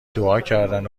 دعاکردن